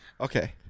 Okay